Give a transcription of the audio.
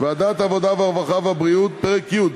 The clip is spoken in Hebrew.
ועדת העבודה, הרווחה והבריאות: פרק י',